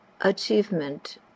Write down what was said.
achievement